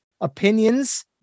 opinions